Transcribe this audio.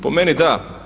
Po meni da.